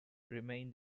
remain